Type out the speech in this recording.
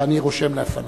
ואני רושם לפני.